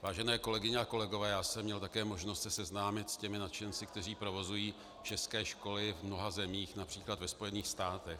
Vážené kolegyně a kolegové, já jsem měl také možnost se seznámit s těmi nadšenci, kteří provozují české školy v mnoha zemích, například ve Spojených státech.